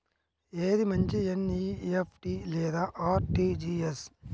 ఏది మంచి ఎన్.ఈ.ఎఫ్.టీ లేదా అర్.టీ.జీ.ఎస్?